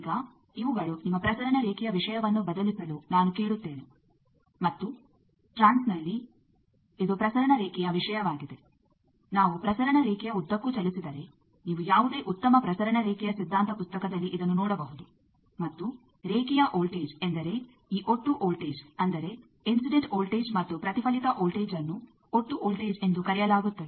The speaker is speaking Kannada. ಈಗ ಇವುಗಳು ನಿಮ್ಮ ಪ್ರಸರಣ ರೇಖೆಯ ವಿಷಯವನ್ನು ಬದಲಿಸಲು ನಾನು ಕೇಳುತ್ತೇನೆ ಮತ್ತು ಟ್ರಾನ್ಸ್ನಲ್ಲಿ ಇದು ಪ್ರಸರಣ ರೇಖೆಯ ವಿಷಯವಾಗಿದೆ ನಾವು ಪ್ರಸರಣ ರೇಖೆಯ ಉದ್ದಕ್ಕೂ ಚಲಿಸಿದರೆ ನೀವು ಯಾವುದೇ ಉತ್ತಮ ಪ್ರಸರಣ ರೇಖೆಯ ಸಿದ್ಧಾಂತ ಪುಸ್ತಕದಲ್ಲಿ ಇದನ್ನು ನೋಡಬಹುದು ಮತ್ತು ರೇಖೆಯ ವೋಲ್ಟೇಜ್ ಎಂದರೆ ಈ ಒಟ್ಟು ವೋಲ್ಟೇಜ್ ಅಂದರೆ ಇನ್ಸಿಡೆಂಟ್ ವೋಲ್ಟೇಜ್ ಮತ್ತು ಪ್ರತಿಫಲಿತ ವೋಲ್ಟೇಜ್ಅನ್ನು ಒಟ್ಟು ವೋಲ್ಟೇಜ್ ಎಂದು ಕರೆಯಲಾಗುತ್ತದೆ